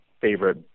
favorite